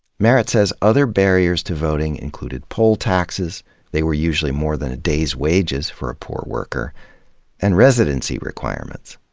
merritt says other barriers to voting included poll taxes they were usually more than a day's wages for a poor worker and residency requirements,